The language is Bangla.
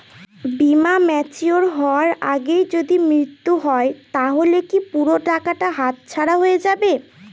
বীমা ম্যাচিওর হয়ার আগেই যদি মৃত্যু হয় তাহলে কি পুরো টাকাটা হাতছাড়া হয়ে যাবে?